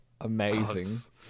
amazing